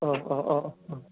अह अह अह